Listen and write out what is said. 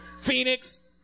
Phoenix